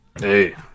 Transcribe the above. Hey